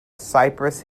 cypress